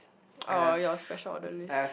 or your special order list